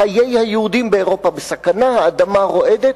חיי היהודים באירופה בסכנה, האדמה רועדת.